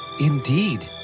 Indeed